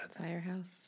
Firehouse